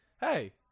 Hey